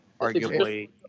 arguably